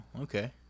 okay